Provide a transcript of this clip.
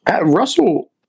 Russell